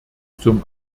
zum